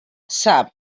sap